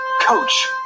Coach